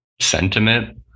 sentiment